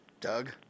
Doug